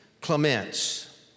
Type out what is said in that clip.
Clements